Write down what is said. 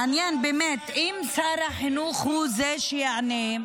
מעניין באמת אם שר החינוך הוא זה שיענה.